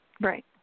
Right